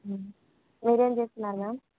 మీరు ఏమి చేస్తున్నారు మ్యామ్